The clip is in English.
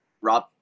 rob